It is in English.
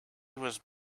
was